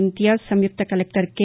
ఇంతియాజ్ సంయుక్త collector K